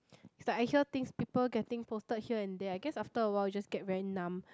it's like I hear things people getting posted here and there I guess after a while you just get very numb